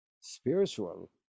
spiritual